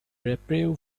reprieve